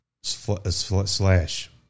Slash